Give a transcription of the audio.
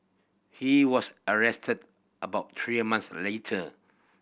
he was arrested about three months later